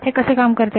हे कसे काम करते